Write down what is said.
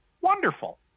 wonderful